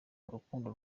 rukundo